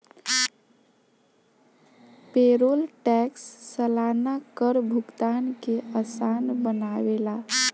payroll tax सलाना कर भुगतान के आसान बनावेला